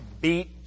beat